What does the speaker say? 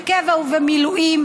בקבע ובמילואים,